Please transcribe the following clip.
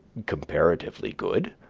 comparatively good,